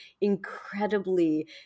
incredibly